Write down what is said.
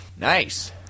nice